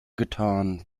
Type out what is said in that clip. getan